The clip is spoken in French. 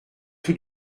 tout